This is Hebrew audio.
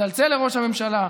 צלצל לראש הממשלה,